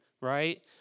right